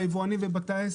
היבואנים ובתי העסק.